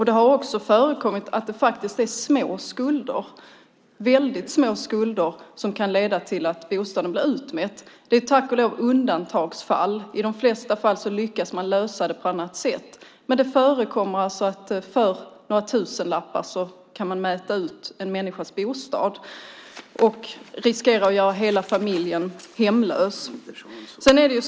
Det har också förekommit att små skulder, väldigt små skulder, har lett till att en bostad blivit utmätt. Det är tack och lov undantagsfall. I de flesta fall lyckas man lösa det på annat sätt. Men det förekommer att man för några tusenlappar mäter ut en människas bostad och riskerar att göra hela familjen hemlös.